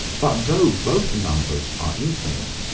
but though both numbers are infinite,